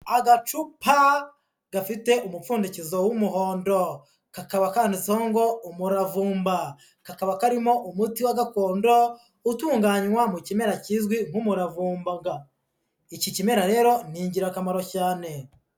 Agacupa gafite umupfundikizo w'umuhondo. Kakaba kanditseho ngo ''umuravumba''. Kakaba karimo umuti wa gakondo, utunganywa mu kimera kizwi nk'umuravumba. Iki kimera rero ni ingirakamaro cyane.